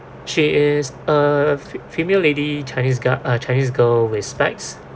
she is a fe~ female lady chinese got uh chinese girl with specs